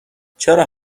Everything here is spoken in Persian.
چرا